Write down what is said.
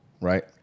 right